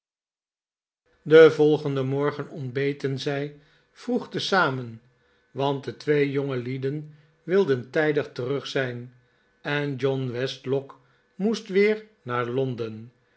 den volgenden morgen ontbeten zij vroeg tezamen want de twee jongelieden wilden tijdig terug zijn en john westlock moest weer naar londen